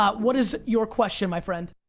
ah what is your question my friend?